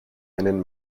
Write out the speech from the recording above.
einen